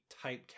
typecast